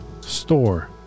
Store